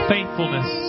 Faithfulness